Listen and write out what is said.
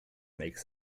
makes